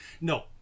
no